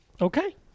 Okay